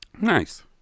Nice